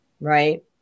right